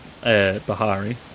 Bahari